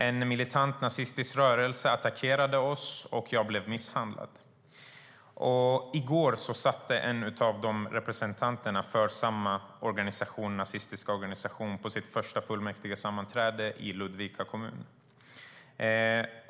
En militant nazistisk rörelse attackerade oss, och jag blev misshandlad. I går satt en av representanterna för samma nazistiska organisation på sitt första fullmäktigesammanträde i Ludvika kommun.